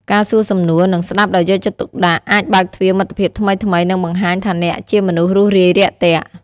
ការសួរសំណួរ និងស្ដាប់ដោយយកចិត្តទុកដាក់អាចបើកទ្វារមិត្តភាពថ្មីៗ និងបង្ហាញថាអ្នកជាមនុស្សរួសរាយរាក់ទាក់។